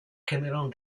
cameron